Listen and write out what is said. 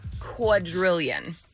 quadrillion